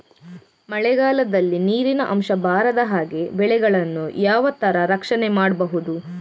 ಮಳೆಗಾಲದಲ್ಲಿ ನೀರಿನ ಅಂಶ ಬಾರದ ಹಾಗೆ ಬೆಳೆಗಳನ್ನು ಯಾವ ತರ ರಕ್ಷಣೆ ಮಾಡ್ಬಹುದು?